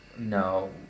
no